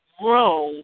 grow